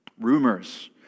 Rumors